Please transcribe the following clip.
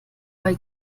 bei